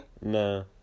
No